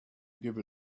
give